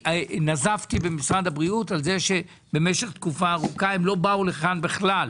נזפתי במשרד הבריאות על כך שמשך תקופה ארוכה הם לא באו לכאן בכלל.